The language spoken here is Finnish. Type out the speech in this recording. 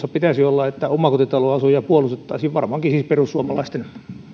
pitäisi olla että omakotitaloasujia puolustettaisiin varmaankin siis perussuomalaisten